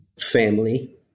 family